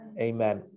Amen